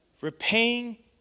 repaying